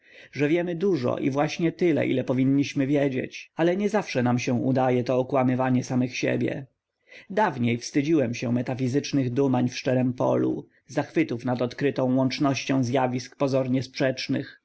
że wiemy dużo i właśnie tyle ile powinniśmy wiedzieć ale niezawsze się nam udaje to okłamywanie siebie samych dawniej wstydziłem się metafizycznych dumań w szczerem polu zachwytów nad odkrytą łącznością zjawisk pozornie sprzecznych